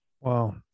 Wow